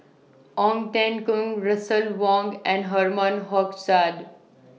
Ong Teng Koon Russel Wong and Herman Hochstadt